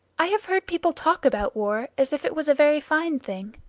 i have heard people talk about war as if it was a very fine thing.